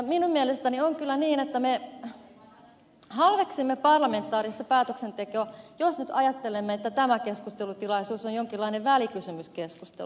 minun mielestäni on kyllä niin että me halveksimme parlamentaarista päätöksentekoa jos nyt ajattelemme että tämä keskustelutilaisuus on jonkinlainen välikysymyskeskustelu